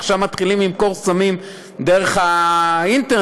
עכשיו מתחילים למכור סמים דרך האינטרנט.